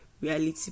Reality